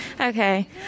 Okay